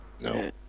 No